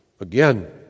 Again